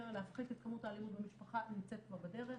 להפחית את כמות האלימות במשפחה נמצאת כבר בדרך